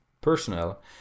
personnel